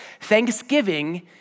Thanksgiving